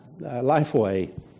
Lifeway